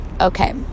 Okay